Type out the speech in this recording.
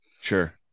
Sure